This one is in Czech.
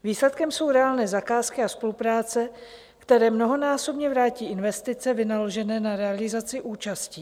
Výsledkem jsou reálné zakázky a spolupráce, které mnohonásobně vrátí investice vynaložené na realizaci účastí.